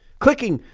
clicking,